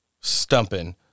stumping